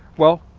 well,